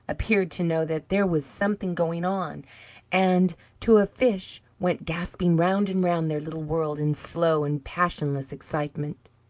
appeared to know that there was something going on and, to a fish, went gasping round and round their little world in slow and passionless excitement.